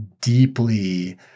deeply